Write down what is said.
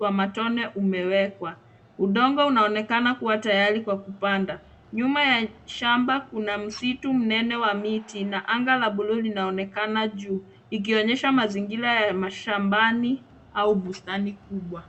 wa matone umewekwa. Udongo unaonekana kuwa tayari kwa kupanda. Nyuma ya shamba kuna msitu mnene wa miti na anga la buluu linaonekana juu likionyesha mazingira ya mashambani au bustani kubwa.